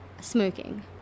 Smoking